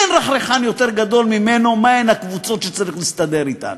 אין רחרחן יותר גדול ממנו מהן הקבוצות שצריך להסתדר אתן.